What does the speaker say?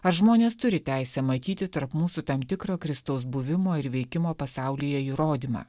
ar žmonės turi teisę matyti tarp mūsų tam tikrą kristaus buvimo ir veikimo pasaulyje įrodymą